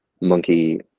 monkey